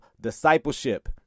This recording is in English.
discipleship